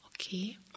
okay